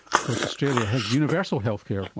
of course australia has universal healthcare,